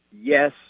yes